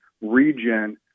region